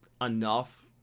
enough